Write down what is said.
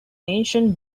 ancient